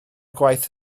gwaith